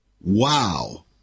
Wow